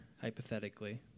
hypothetically